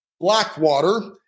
Blackwater